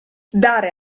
dare